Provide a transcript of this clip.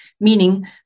meaning